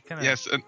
yes